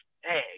hey